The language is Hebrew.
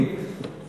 בספטמבר 2009,